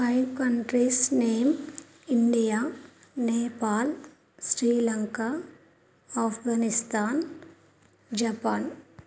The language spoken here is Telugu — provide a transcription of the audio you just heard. five countries name India Nepal Sri Lanka Afghanistan Japan